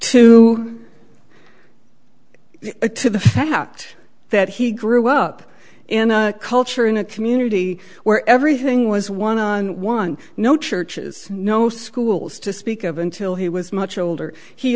to the fact that he grew up in a culture in a community where everything was one on one no churches no schools to speak of until he was much older he